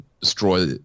destroy